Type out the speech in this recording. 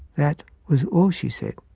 that was all she said.